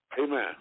Amen